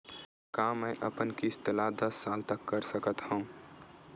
का मैं अपन किस्त ला दस साल तक कर सकत हव?